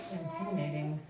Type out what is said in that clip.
intimidating